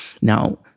now